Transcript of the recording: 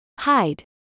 Hide